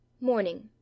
Morning